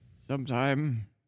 sometime